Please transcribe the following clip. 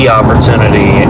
opportunity